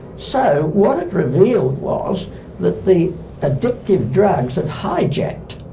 so what it revealed was that the addictive drugs have hijacked,